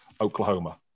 oklahoma